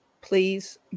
please